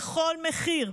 בכל מחיר.